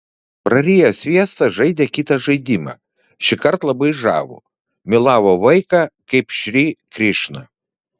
prariję sviestą žaidė kitą žaidimą šįkart labai žavų mylavo vaiką kaip šri krišną